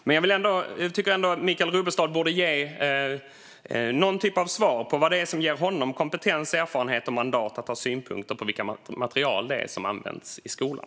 Men jag tycker ändå att Michael Rubbestad borde ge någon typ av svar på vad det är som ger honom kompetens, erfarenhet och mandat att ha synpunkter på vilka material som används i skolan.